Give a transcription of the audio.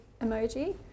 emoji